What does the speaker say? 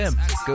Go